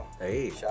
Hey